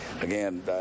Again